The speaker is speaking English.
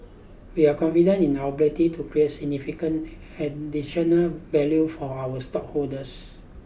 we are confident in our ability to create significant additional value for our stockholders